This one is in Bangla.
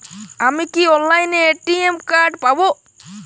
আমি কি অনলাইনে এ.টি.এম কার্ড পাব?